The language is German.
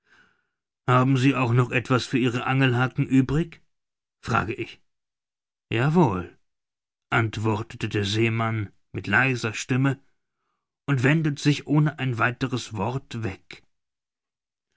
haben sie auch noch etwas für ihre angelhaken übrig frage ich ja wohl antwortete der seemann mit leiser stimme und wendet sich ohne ein weiteres wort weg